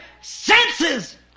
senses